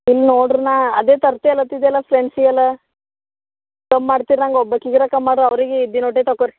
ಇಲ್ಲಿ ನೋಡ್ರೆ ನಾ ಅದೇ ತರ್ತೆ ಅಲತಿದ್ಯಲ್ಲ ಫ್ರೆಂಡ್ಸಿಗೆ ಎಲ್ಲ ಕಮ್ ಮಾಡ್ತಿರ ನಂಗೆ ಒಬ್ಬಾಕಿಗರ ಕಮ್ ಮಾಡರ ಅವ್ರಿಗಿ ಇದ್ದಿನ್ ಒಟೆ ತಗೋರಿ